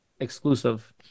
exclusive